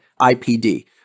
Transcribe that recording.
IPD